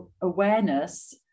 awareness